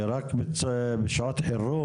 ורק בשעות חירום.